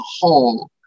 whole